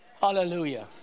Hallelujah